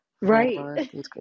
Right